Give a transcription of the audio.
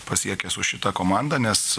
pasiekę su šita komanda nes